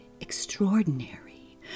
extraordinary